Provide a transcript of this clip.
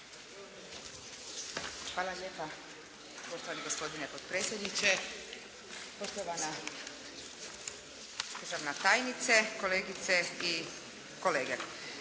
Hvala lijepa poštovani gospodine potpredsjedniče. Poštovana državna tajnice, kolegice i kolege.